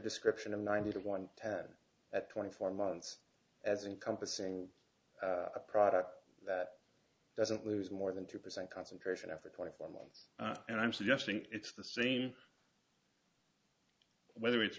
description of ninety to one tad at twenty four months as encompassing a product that doesn't lose more than two percent concentration after twenty four months and i'm suggesting it's the same whether it's